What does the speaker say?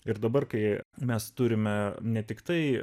ir dabar kai mes turime ne tiktai